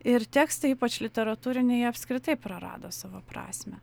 ir tekstai ypač literatūriniai jie apskritai prarado savo prasmę